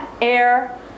air